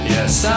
Yes